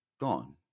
gone